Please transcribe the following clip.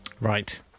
Right